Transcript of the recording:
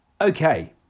Okay